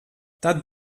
tad